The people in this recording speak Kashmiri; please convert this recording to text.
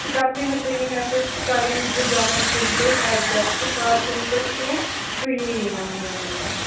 ژٕ کَر مہربٲنی مےٚ پٮ۪ٹھ ژٕ کَر یِم زٕ دۄہ وۄنۍ کُنہِ پٲٹھۍ اٮ۪ڈجسٹ کَر کُنہِ پٲٹھۍ کیٚنٛہہ ژٕ یی یِمَن دۄن دۄہَن